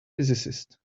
physicist